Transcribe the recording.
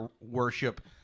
worship